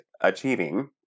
achieving